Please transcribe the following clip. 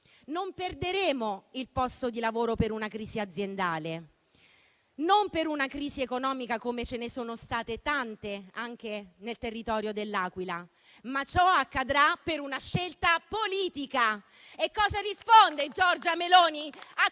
Non perderemo il posto di lavoro per una crisi aziendale, non per una crisi economica come ce ne sono state tante anche nel territorio dell'Aquila, ma ciò accadrà per una scelta politica». Cosa risponde Giorgia Meloni a